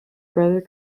brother